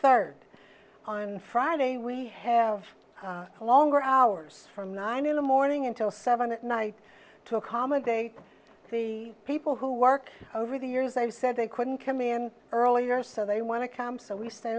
third on friday we have longer hours from nine in the morning until seven at night to accommodate the people who work over the years i said they couldn't come in earlier so they want to come so we stay